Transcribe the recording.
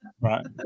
right